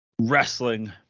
wrestling